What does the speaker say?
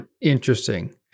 Interesting